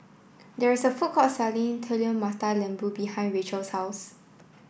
there is a food court selling Telur Mata Lembu behind Racheal's house